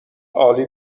عالی